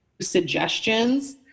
suggestions